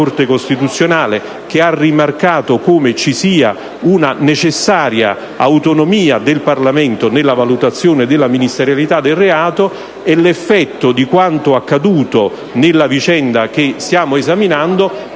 costituzionale, che ha rimarcato come ci sia una necessaria autonomia del Parlamento nella valutazione della ministerialità del reato: l'effetto di quanto accaduto nella vicenda che stiamo esaminando è